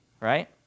Right